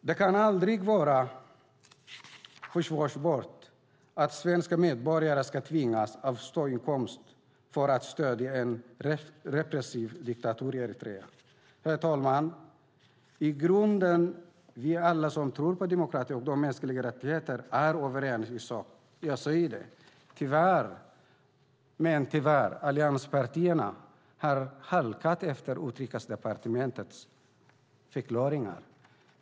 Det kan inte vara försvarbart att svenska medborgare ska tvingas avstå inkomst för att stödja en repressiv diktatur i Eritrea. Herr talman! Alla vi som tror på demokrati och mänskliga rättigheter är överens i sak. Tyvärr har allianspartierna hakat på Utrikesdepartementets bortförklaringar.